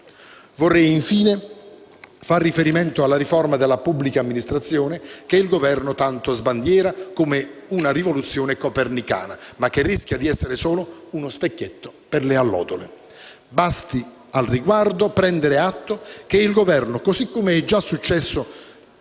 vorrei far riferimento alla riforma della pubblica amministrazione che il Governo tanto sbandiera come una rivoluzione copernicana, ma che rischia di essere solo uno specchietto per le allodole. Al riguardo, basti prendere atto che il Governo, così come è già successo